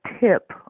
tip